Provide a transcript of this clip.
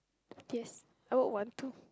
yes I would want to